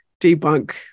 debunk